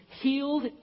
healed